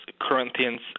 Corinthians